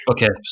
Okay